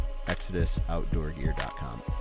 exodusoutdoorgear.com